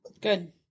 Good